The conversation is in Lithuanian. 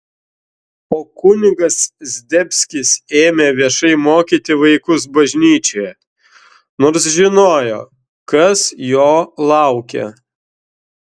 o kunigas zdebskis ėmė viešai mokyti vaikus bažnyčioje nors žinojo kas jo laukia